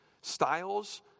Styles